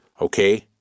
Okay